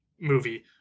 movie